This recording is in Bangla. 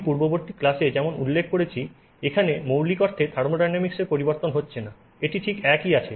আমি পূর্ববর্তী ক্লাসে যেমন উল্লেখ করেছি এখানে মৌলিক অর্থে থার্মোডাইনামিক্স এর পরিবর্তন হচ্ছে না এটি ঠিক একই আছে